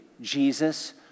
Jesus